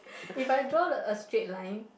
if I draw a straight line